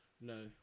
no